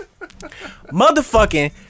Motherfucking